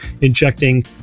injecting